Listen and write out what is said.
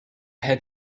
had